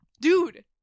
Dude